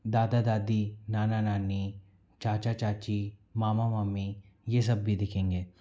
दादा दादी नाना नानी चाचा चाची मामा मामी ये सब भी दिखेंगे